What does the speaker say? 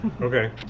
Okay